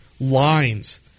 lines